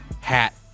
hat